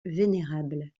vénérable